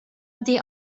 die